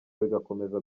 bigakomeza